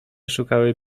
szukały